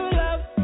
love